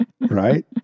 right